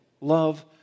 Love